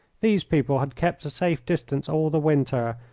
these people had kept a safe distance all the winter,